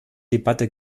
debatte